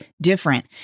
different